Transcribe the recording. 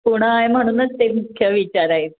पुणं आहे म्हणूनच ते मुख्य विचाराय